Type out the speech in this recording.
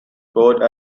code